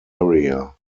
area